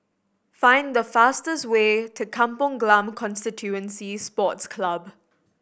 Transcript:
find the fastest way to Kampong Glam Constituency Sports Club